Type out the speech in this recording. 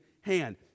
hand